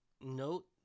Note